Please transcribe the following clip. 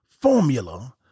formula